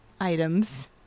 items